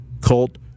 cult